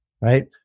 right